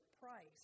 price